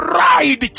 ride